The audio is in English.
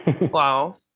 Wow